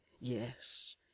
yes